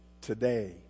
today